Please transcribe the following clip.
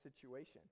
situation